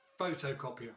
photocopier